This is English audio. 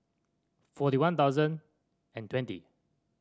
forty One Thousand and twenty